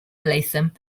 latham